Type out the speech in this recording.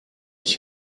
ich